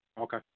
Okay